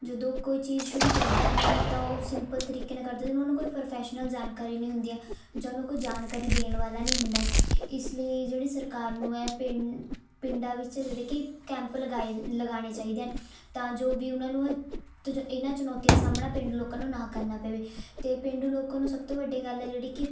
ਜਦੋਂ ਕੋਈ ਚੀਜ਼ ਸ਼ੁਰੂ ਕਰਦੇ ਹਨ ਤਾਂ ਉਹ ਸਿੰਪਲ ਤਰੀਕੇ ਨਾਲ ਕਰਦੇ ਅਤੇ ਉਨ੍ਹਾਂ ਨੂੰ ਕੋਈ ਪ੍ਰੋਫੈਸ਼ਨਲ ਜਾਣਕਾਰੀ ਨਹੀਂ ਹੁੰਦੀ ਆ ਜਾਂ ਉਹਨੂੰ ਕੋਈ ਜਾਣਕਾਰੀ ਦੇਣ ਵਾਲਾ ਨਹੀਂ ਹੁੰਦਾ ਇਸ ਲਈ ਜਿਹੜੀ ਸਰਕਾਰ ਨੂੰ ਏ ਪਿੰਡ ਪਿੰਡਾਂ ਵਿੱਚ ਜਿਹੜੇ ਕਿ ਕੈਂਪ ਲਗਾਏ ਲਗਾਉਣੇ ਚਾਹੀਦੇ ਹਨ ਤਾਂ ਜੋ ਵੀ ਉਹਨਾਂ ਨੂੰ ਇਹ ਇਹਨਾਂ ਚੁਣੌਤੀਆਂ ਸਾਹਮਣਾ ਪੇਂਡੂ ਲੋਕਾਂ ਨੂੰ ਨਾ ਕਰਨਾ ਪਵੇ ਅਤੇ ਪੇਂਡੂ ਲੋਕਾਂ ਨੂੰ ਸਭ ਤੋਂ ਵੱਡੀ ਗੱਲ ਹੈ ਜਿਹੜੀ ਕਿ